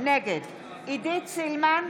נגד עידית סילמן,